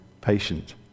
patient